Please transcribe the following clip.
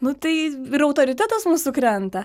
nu tai ir autoritetas mūsų krenta